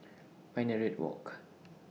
Minaret Walk